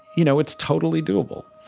you know, it's totally doable.